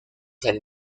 del